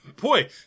Boy